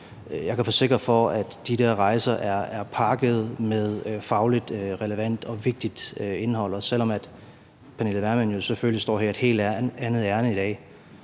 Jeg kan forsikre for, at de der rejser er pakket med fagligt relevant og vigtigt indhold. Og selv om fru Pernille Vermund selvfølgelig står her i et helt andet ærinde i dag,